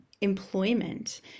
employment